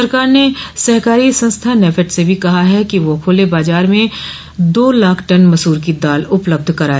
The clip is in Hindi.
सरकार ने सहकारी संस्था नैफेड से भी कहा है कि वह खुले बाजार में दो लाख टन मसूर की दाल उपलब्ध कराए